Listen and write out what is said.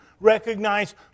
recognize